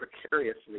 precariously